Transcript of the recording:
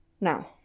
Now